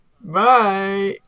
Bye